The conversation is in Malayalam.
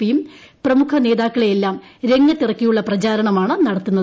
പിയും പ്രമുഖ നേതാക്കളെയെല്ലാം രംഗത്തിറക്കിയുള്ള പ്രചരണമാണ് നടത്തുന്നത്